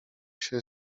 się